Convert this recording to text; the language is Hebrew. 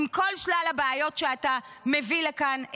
עם כל שלל הבעיות שאתה מביא לכאן,